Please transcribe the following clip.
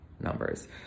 numbers